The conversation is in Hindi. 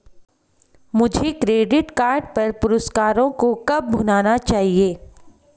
मुझे क्रेडिट कार्ड पर पुरस्कारों को कब भुनाना चाहिए?